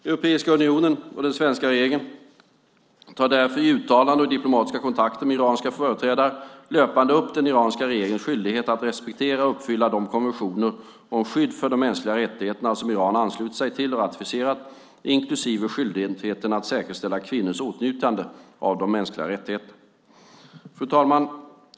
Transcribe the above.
Europeiska unionen och den svenska regeringen tar därför i uttalanden och diplomatiska kontakter med iranska företrädare löpande upp den iranska regeringens skyldighet att respektera och uppfylla de konventioner om skydd för de mänskliga rättigheterna som Iran anslutit sig till och ratificerat, inklusive skyldigheten att säkerställa kvinnors åtnjutande av de mänskliga rättigheterna. Fru talman!